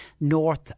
north